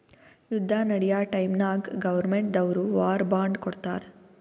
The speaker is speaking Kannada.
ಯುದ್ದ ನಡ್ಯಾ ಟೈಮ್ನಾಗ್ ಗೌರ್ಮೆಂಟ್ ದವ್ರು ವಾರ್ ಬಾಂಡ್ ಕೊಡ್ತಾರ್